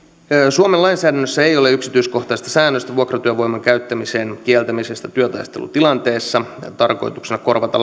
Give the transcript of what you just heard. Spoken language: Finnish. suomen lainsäädännössä ei ole yksityiskohtaista säännöstä vuokratyövoiman käyttämisen kieltämisestä työtaistelutilanteessa tarkoituksena korvata